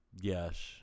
Yes